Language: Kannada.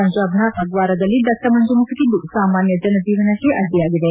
ಪಂಜಾಬ್ ನ ಪಗ್ನಾರದಲ್ಲಿ ದಟ್ಟ ಮಂಜು ಮುಸುಕಿದ್ದು ಸಾಮಾನ್ಹ ಜನ ಜೀವನಕ್ಕೆ ಅಡ್ಡಿಯಾಗಿದೆ